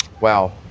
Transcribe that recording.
Wow